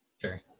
Sure